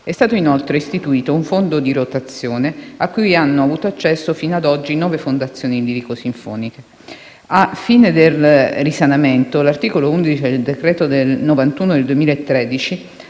È stato inoltre istituito un fondo di rotazione, a cui hanno avuto accesso fino ad oggi nove fondazioni lirico-sinfoniche. Ai fini del risanamento, l'articolo 11 del decreto-legge n. 91 del 2013,